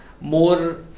more